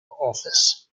office